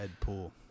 Deadpool